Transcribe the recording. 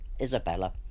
Isabella